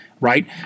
right